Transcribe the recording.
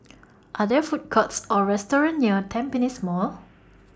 Are There Food Courts Or restaurants near Tampines Mall